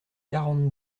quarante